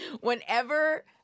Whenever